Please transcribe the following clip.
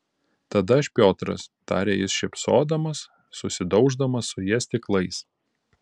tada aš piotras tarė jis šypsodamas susidauždamas su ja stiklais